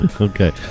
Okay